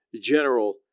general